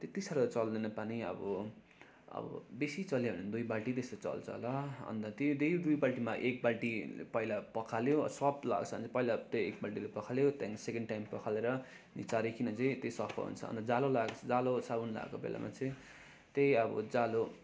त्यत्ति साह्रो चल्दैन पानी अब अब बेसी चल्यो भने दुई बाल्टी जस्तो चल्छ होला अन्त त्यही दुई बाल्टीमा एक बाल्टी पहिला पखाल्यो सर्फ लगाएको छ भने पहिला त्यही एक बाल्टीले पखाल्यो त्यहाँदेखि सेकेन्ड टाइम पखालेर निचोरीकन चाहिँ त्यो सफा हुन्छ अन्त जालो लगाएको जालो साबुन लगाएको बेलामा चाहिँ त्यही अब जालो